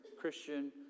Christian